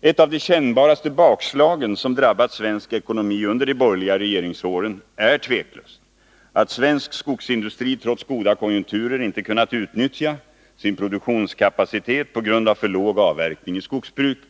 Ett av de kännbaraste bakslagen som drabbat svensk ekonomi under de borgerliga regeringsåren är utan tvivel att svensk skogsindustri trots goda konjunkturer inte kunnat utnyttja sin produktionskapacitet på grund av för låg avverkning i skogsbruket.